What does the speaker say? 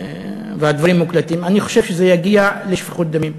והדברים מוקלטים, אני חושב שזה יגיע לשפיכות דמים.